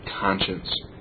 conscience